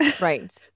Right